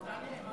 נו, תענה, מה.